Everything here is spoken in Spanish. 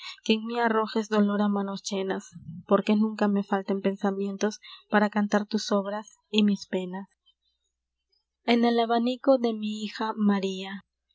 en mí arrojes dolor á manos llenas porque nunca me falten pensamientos para cantar tus obras y mis penas en el abanico de mi hija maría